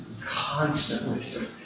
constantly